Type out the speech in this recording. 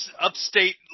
upstate